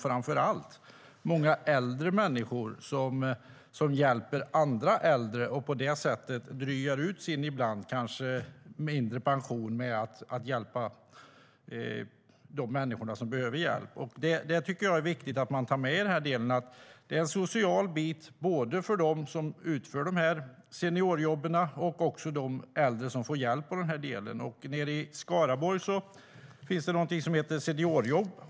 Framför allt är det många äldre människor som hjälper andra äldre och på det sättet drygar ut sin ibland kanske mindre pension med att hjälpa dem som behöver hjälp. Det tycker jag är viktigt att man tar med i den här delen. Det är en social bit både för dem som utför de här seniorjobben och för de äldre som får hjälp. Nere i Skaraborg finns det någonting som heter Seniorjobb.